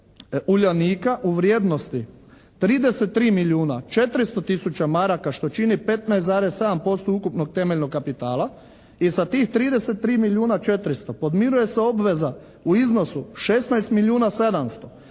uljanika u vrijednosti 33 milijuna 400 tisuća maraka što čini 15,7% ukupnog temeljenog kapitala i sa tih 33 milijuna 400 podmiruje se obveza u iznosu 16 milijuna 700.